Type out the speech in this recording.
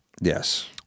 yes